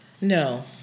No